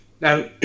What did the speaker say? Now